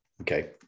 Okay